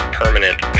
permanent